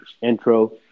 intro